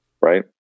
Right